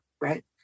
Right